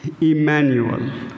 Emmanuel